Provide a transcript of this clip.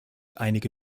einige